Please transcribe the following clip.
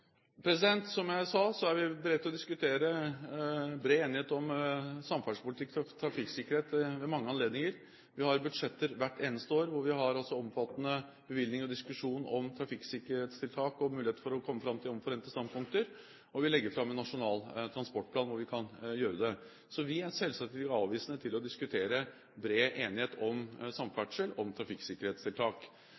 Som jeg sa, er vi beredt til å diskutere for å komme fram til bred enighet om samferdselspolitikk og trafikksikkerhet ved mange anledninger. Vi har budsjetter hvert eneste år, hvor vi har omfattende diskusjon om bevilgninger til trafikksikkerhetstiltak og mulighet for å komme fram til omforente standpunkter, og vi legger fram en nasjonal transportplan, hvor vi også kan gjøre det. Så vi er selvsagt ikke avvisende til å diskutere for å komme fram til bred enighet om